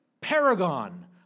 paragon